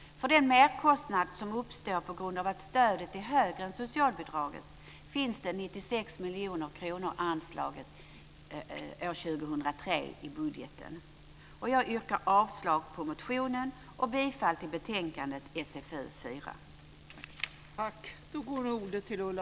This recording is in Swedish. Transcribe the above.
För den merkostnad som uppstår på grund av att stödet är högre än socialbidraget finns det 96 miljoner kronor anslaget i budgeten för år 2003. Jag yrkar avslag på reservationen och bifall till utskottets förslag till beslut i betänkandet SfU4.